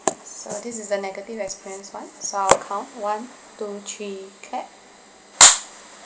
so this is a negative experience [one] so I'll count one two three clap